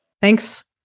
Thanks